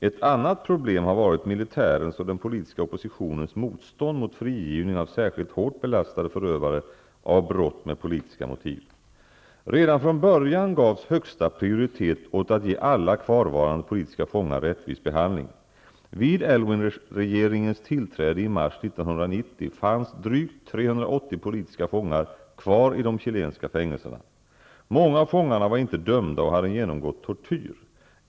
Ett annat problem har varit militärens och den politiska oppositionens motstånd mot frigivning av särskilt hårt belastade förövare av brott med politiska motiv. Redan från början gavs högsta prioritet åt att ge alla kvarvarande politiska fångar rättvis behandling. Vid Aylwin-regeringens tillträde i mars 1990 fanns drygt 380 politiska fångar kvar i de chilenska fängelserna. Många av fångarna var inte dömda och hade genomgått tortyr.